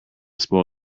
spoil